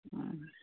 हं